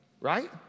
right